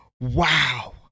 Wow